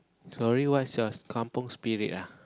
sorry what's your Kampung Spirit ya